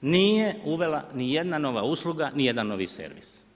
nije uvela nijedna nova usluga, nijedan novi servis.